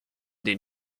den